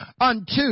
unto